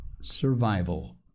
survival